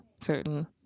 Certain